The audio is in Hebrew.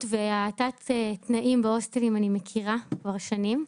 ותת התנאים בהוסטלים אני מכירה כבר שנים.